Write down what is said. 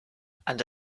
and